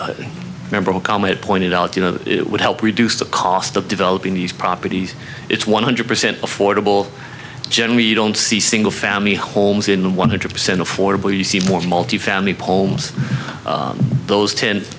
a member comment pointed out you know it would have reduce the cost of developing these properties it's one hundred percent affordable generally you don't see single family homes in one hundred percent affordable you see more multifamily palms those ten